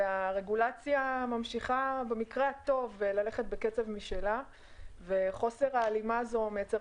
והרגולציה ממשיכה במקרה הטוב ללכת בקצב משלה וחוסר ההלימה הזה מייצר